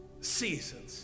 seasons